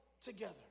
together